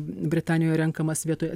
britanijoj renkamas vietoj